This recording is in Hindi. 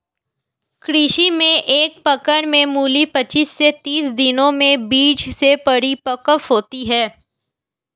कृषि में एक पकड़ में मूली पचीस से तीस दिनों में बीज से परिपक्व होती है